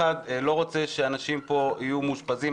אחד לא רוצה שאנשים פה יהיו מאושפזים,